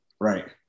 Right